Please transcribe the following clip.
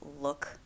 look